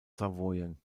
savoyen